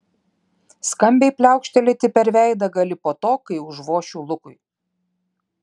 skambiai pliaukštelėti per veidą gali po to kai užvošiu lukui